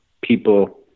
people